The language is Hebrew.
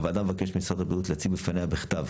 הוועדה מבקשת ממשרד הבריאות להציג בפניה בכתב,